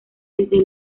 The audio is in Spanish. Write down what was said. desde